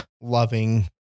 loving